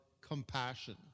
compassion